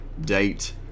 date